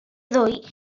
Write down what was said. ddwy